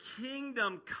kingdom